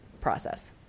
process